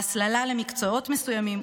בהסללה למקצועות מסוימים,